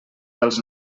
dels